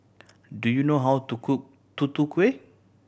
do you know how to cook Tutu Kueh